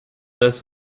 des